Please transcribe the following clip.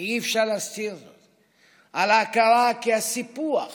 ואי-אפשר להסתיר זאת, על ההכרה כי הסיפוח